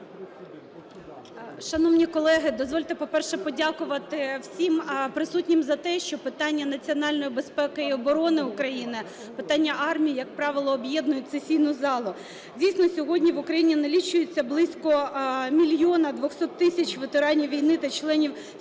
Шановні колеги, дозвольте, по-перше, подякувати всім присутнім за те, що питання національної безпеки і оборони України, питання армії, як правило, об'єднують сесійну залу. Дійсно, сьогодні в Україні налічується близько мільйона 200 тисяч ветеранів війни та членів сімей